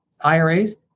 IRAs